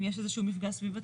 אם יש איזה שהוא מפגע סביבתי,